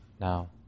now